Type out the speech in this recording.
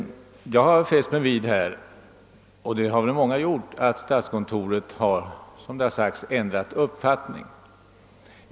Jag har fäst mig vid, liksom säkert många andra, att statskontoret ändrat uppfattning.